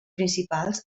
principals